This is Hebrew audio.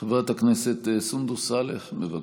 חברת הכנסת סונדוס סאלח, בבקשה.